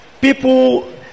people